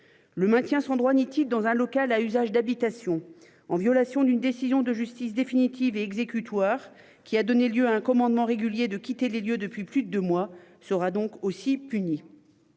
Le maintien son droit ni titre dans un local à usage d'habitation en violation d'une décision de justice définitive et exécutoire qui a donné lieu à un commandement régulier de quitter les lieux depuis plus de 2 mois sera donc aussi puni.